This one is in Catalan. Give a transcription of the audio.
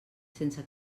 sense